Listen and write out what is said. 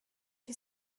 who